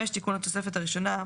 תיקון התוספת הראשונה.